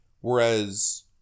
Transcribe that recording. whereas